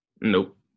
Nope